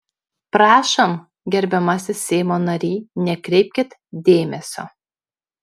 prašom gerbiamasis seimo nary nekreipkit dėmesio